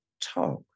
talk